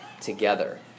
together